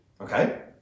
okay